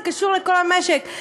זה קשור לכל המשק.